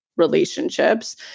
relationships